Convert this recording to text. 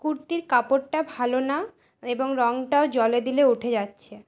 কুর্তির কাপড়টা ভালো না এবং রঙটাও জলে দিলে উঠে যাচ্ছে